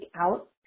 out